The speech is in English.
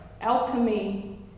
alchemy